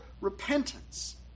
repentance